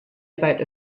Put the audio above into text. about